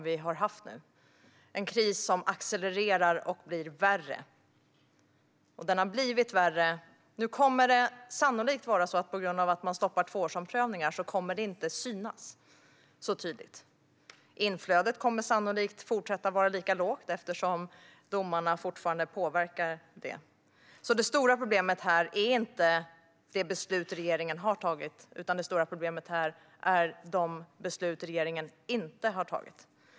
Det är en kris som accelererar och blir värre. Den har blivit värre. Nu kommer det sannolikt inte att synas särskilt tydligt på grund av att man stoppar tvåårsomprövningar. Inflödet kommer sannolikt att fortsätta vara lika lågt eftersom domarna fortfarande påverkar det. Det stora problemet är alltså inte det beslut regeringen har tagit. Det stora problemet är de beslut regeringen inte har tagit.